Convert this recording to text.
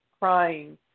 crying